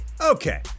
Okay